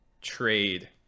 trade